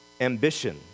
ambition